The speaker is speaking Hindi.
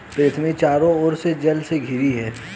पृथ्वी चारों ओर से जल से घिरी है